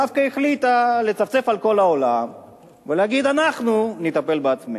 דווקא החליטה לצפצף על כל העולם ולהגיד: אנחנו נטפל בעצמנו.